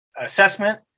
assessment